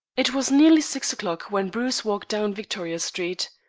it was nearly six o'clock when bruce walked down victoria street.